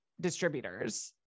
distributors